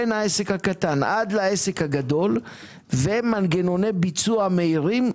מהעסק הקטן לעסק הגדול ומנגנוני ביצוע מהירים.